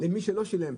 מי שלא שילם.